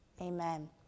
amen